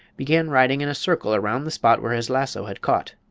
began riding in a circle around the spot where his lasso had caught.